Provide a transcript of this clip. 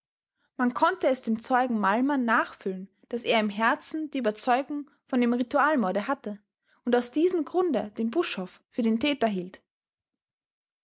man konnte es dem zeugen mallmann nachfühlen daß er im herzen die überzeugung von dem ritualmorde hatte und aus diesem grunde den buschhoff für den täter hielt